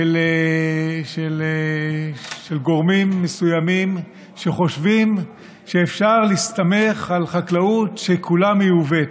של גורמים מסוימים שחושבים שאפשר להסתמך על חקלאות שכולה מיובאת.